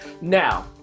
Now